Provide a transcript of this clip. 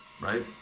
right